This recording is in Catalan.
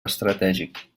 estratègic